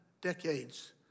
decades